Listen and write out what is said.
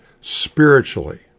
spiritually